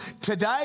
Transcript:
today